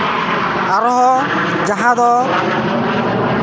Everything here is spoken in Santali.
ᱟᱨᱚ ᱡᱟᱦᱟᱸ ᱫᱚ